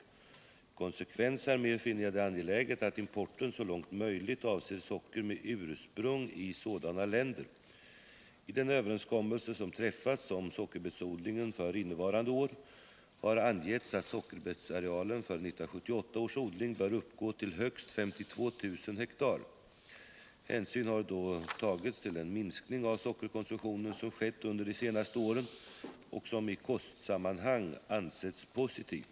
I konsekvens härmed finner jag det angeläget att importen så långt möjligt avser socker med ursprung i sådana länder. I den överenskommelse som träffats om sockerbetsodlingen för innevarande år har angetts att sockerbetsarealen för 1978 års odling bör uppgå till högst 32 000 ha. Hänsyn har då tagits till den minskning av sockerkonsumtionen som skett under de senaste åren och som i kostsammanhang ansetts positiv.